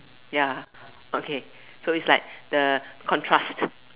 ya okay so is like the contrast